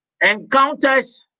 encounters